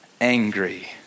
angry